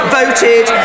voted